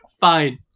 Fine